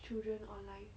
children online